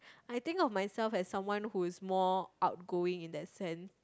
I think of myself as someone who is more outgoing in that sense